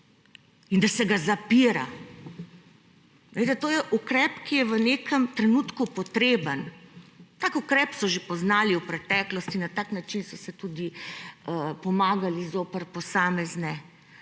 in da se ga zapira. To je ukrep, ki je v nekem trenutku potreben, tak ukrep so že poznali v preteklosti, na tak način so se tudi pomagali zoper posamezne